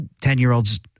Ten-year-olds